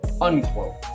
unquote